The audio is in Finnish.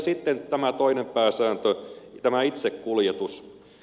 sitten tämä toinen pääsääntö tämä itsekuljetus